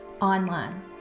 online